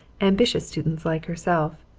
ambitious students like herself.